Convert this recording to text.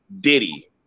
Diddy